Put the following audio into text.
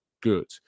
good